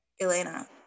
elena